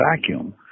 vacuum